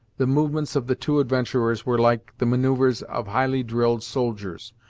the movements of the two adventurers were like the manoeuvres of highly-drilled soldiers,